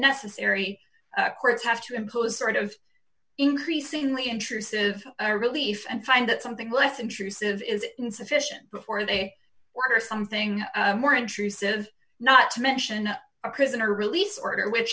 necessary courts have to impose sort of increasingly intrusive a relief and find that something less intrusive is insufficient before they were there something more intrusive not to mention a prisoner release order which